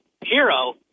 hero